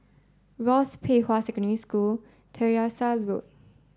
Rosyth Pei Hwa Secondary School Tyersall Road